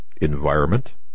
environment